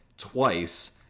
Twice